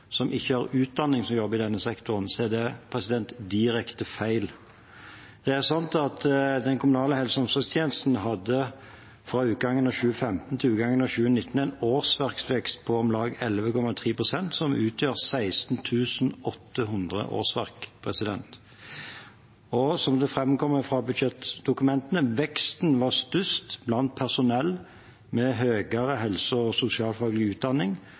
som ikke har utdanning, som jobber i denne sektoren, er det direkte feil. Den kommunale helse- og omsorgstjenesten hadde fra utgangen av 2015 til utgangen av 2019 en årsverksvekst på om lag 11,3 pst., noe som utgjør 16 800 årsverk. Som det framgår fra budsjettdokumentene, var veksten størst blant personell med høyere helse- og sosialfaglig utdanning.